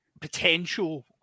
potential